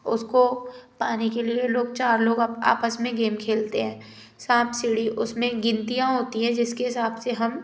उसको पाने के लिए लोग चार लोग आपस में गेम खेलते हैं सांप सीढ़ी उसमें गिनतियां होती हैं जिसके हिसाब से हम